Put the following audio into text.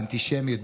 באנטישמיות,